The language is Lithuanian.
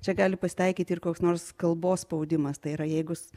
čia gali pasitaikyti ir koks nors kalbos spaudimas tai yra jeigu